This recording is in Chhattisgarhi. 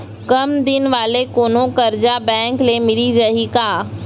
कम दिन वाले कोनो करजा बैंक ले मिलिस जाही का?